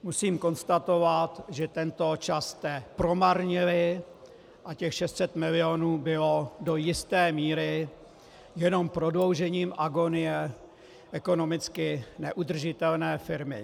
Musím konstatovat, že tento čas jste promarnili a těch 600 milionů bylo do jisté míry jenom prodloužením agonie ekonomicky neudržitelné firmy.